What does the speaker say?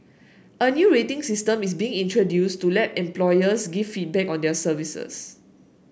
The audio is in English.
a new rating system is being introduced to let employers give feedback on their services